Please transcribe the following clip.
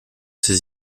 ses